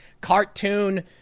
cartoon